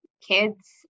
kids